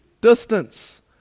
distance